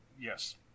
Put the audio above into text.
yes